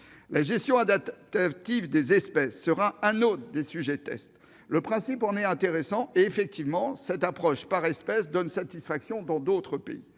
la gestion adaptative des espèces constituera un autre test. Le principe est intéressant, et, effectivement, cette approche par espèce donne satisfaction dans d'autres pays.